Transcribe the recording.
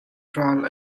ral